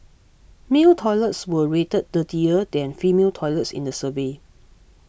male toilets were rated dirtier than female toilets in the survey